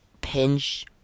pinch